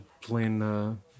playing